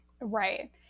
Right